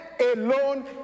alone